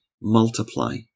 multiply